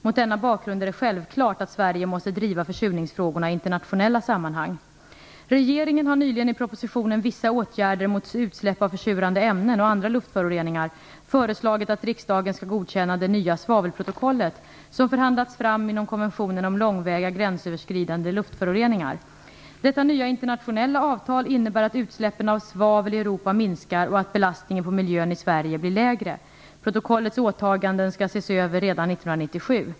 Mot denna bakgrund är det självklart att Sverige måste driva försurningsfrågorna i internationella sammanhang. Regeringen har nyligen i propositionen Vissa åtgärder mot utsläpp av försurande ämnen och andra luftföroreningar föreslagit att riksdagen skall godkänna det nya svavelprotokollet som förhandlats fram inom konventionen om långväga gränsöverskridande luftföroreningar. Detta nya internationella avtal innebär att utsläppen av svavel i Europa minskar och att belastningen på miljön i Sverige blir lägre. Protokollets åtaganden skall ses över redan 1997.